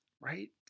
right